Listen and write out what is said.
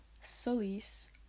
Solis